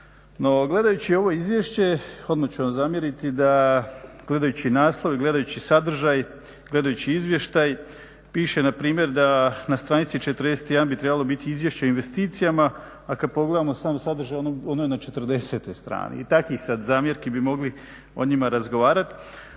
No, gledajući ovo izvješće odmah ću vam zamjeriti da gledajući naslov i gledajući sadržaj, gledajući izvještaj piše na primjer da na stranici 41. bi trebalo biti izvješće o investicijama, a kad pogledamo sam sadržaj ono je na 40. strani. I takih sad zamjerki bi mogli o njima razgovarati.